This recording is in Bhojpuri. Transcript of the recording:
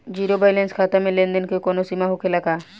जीरो बैलेंस खाता में लेन देन के कवनो सीमा होखे ला का?